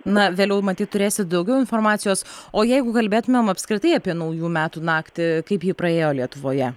na vėliau matyt turėsit daugiau informacijos o jeigu kalbėtumėm apskritai apie naujų metų naktį kaip ji praėjo lietuvoje